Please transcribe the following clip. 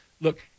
Look